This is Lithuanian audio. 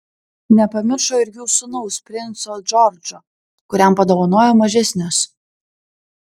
nepamiršo ir jų sūnaus princo džordžo kuriam padovanojo mažesnius